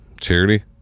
Charity